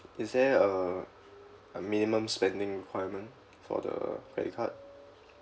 is there a a minimum spending requirement for the credit card